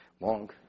long